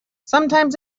sometimes